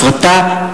הפרטה,